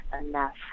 enough